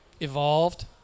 evolved